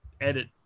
edit